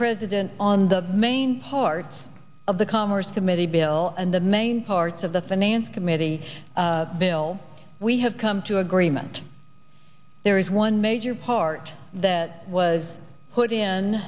president on the main parts of the commerce committee bill and the main parts of the finance committee bill we have come to agreement there is one major part that was put